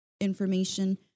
information